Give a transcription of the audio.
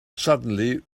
suddenly